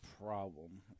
problem